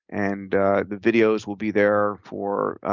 and the videos will be there for